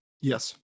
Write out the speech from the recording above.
Yes